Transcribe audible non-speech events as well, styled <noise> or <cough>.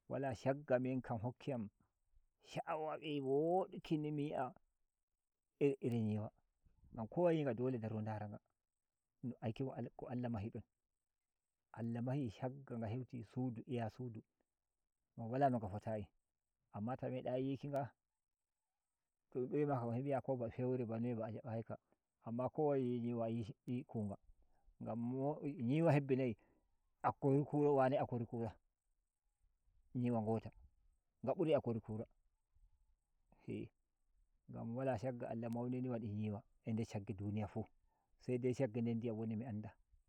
<noise> Wala shagga min kam hokkiyam sha’awa woɗuki ni mi yi a iri nyiwa gam kowa yi nga dole daro ndara nga aikin ko Allah mahi don Allah mahi shagga nga heuti sudu iya sudu gam wala no ga fotayi amma ta media <noise> yiki nga to dun don iwimaka bo ko mi’a ba feura ba a jabayi ka amma kowa yi nyi wa <unintelligible> nyiwa hebbi nai akori kira wane akori kura nyiwa ngota nga buri akori kura <hesitation> ngam wala shagga Allah maunini wadi nyiwa a nde shagge duniya fu sedai shagge nder diyam ni woni mi anda.